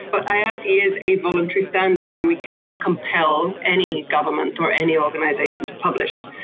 but iati is a voluntary standard and we cannot compel any government or any organisation to publish.